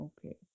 Okay